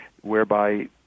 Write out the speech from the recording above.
whereby